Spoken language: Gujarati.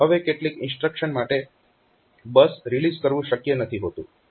હવે કેટલીક ઇન્સ્ટ્રક્શન માટે બસ રિલીઝ કરવું શક્ય નથી હોતું